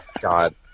God